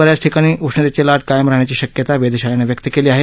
ब याच ठिकाणी उष्णतेची लाट कायम राहण्याची शक्यताही वेधशाळेनं व्यक्त केली आहे